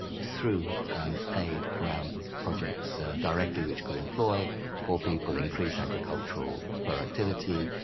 through aid around projects directly which could employ poor people, increase agricultural productivity,